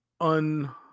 Un